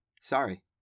sorry